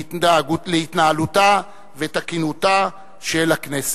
להתנהלותה ותקינותה של הכנסת.